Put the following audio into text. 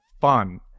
fun